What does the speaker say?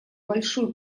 большой